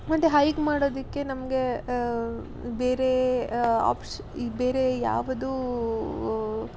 ಮುಂದೆ ಹೈಕ್ ಮಾಡೋದಕ್ಕೆ ನಮಗೆ ಬೇರೆ ಆಪ್ಶ್ ಈ ಬೇರೆ ಯಾವುದೂ